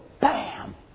Bam